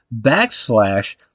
backslash